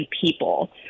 people